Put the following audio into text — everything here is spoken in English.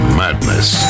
madness